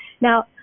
Now